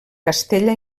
castella